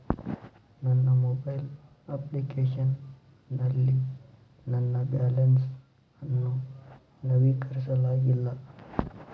ನನ್ನ mobile application ನಲ್ಲಿ ನನ್ನ ಬ್ಯಾಲೆನ್ಸ್ ಅನ್ನು ನವೀಕರಿಸಲಾಗಿಲ್ಲ